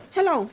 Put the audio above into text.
Hello